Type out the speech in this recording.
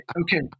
Okay